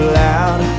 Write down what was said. loud